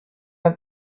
can